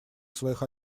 своих